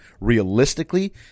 realistically